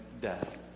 death